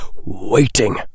waiting